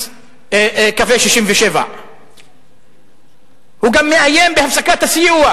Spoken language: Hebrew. קווי 67'. הוא גם מאיים בהפסקת הסיוע.